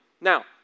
Now